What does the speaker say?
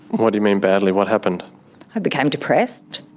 what do you mean badly? what happened? i became depressed.